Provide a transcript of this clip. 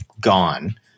gone